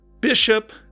Bishop